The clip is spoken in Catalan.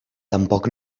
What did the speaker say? tampoc